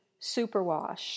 Superwash